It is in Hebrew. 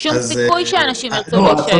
שום סיכוי שאנשים ירצו להישאר.